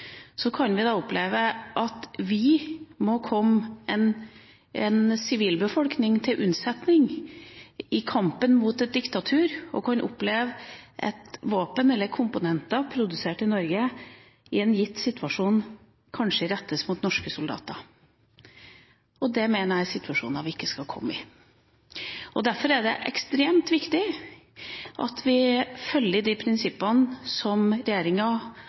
kampen mot et diktatur, og at våpen eller komponenter produsert i Norge, i en gitt situasjon kanskje rettes mot norske soldater. Det mener jeg er situasjoner vi ikke skal komme i. Derfor er det ekstremt viktig at vi følger de prinsippene som regjeringa